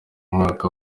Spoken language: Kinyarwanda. mwaka